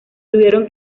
tuvieron